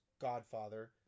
Godfather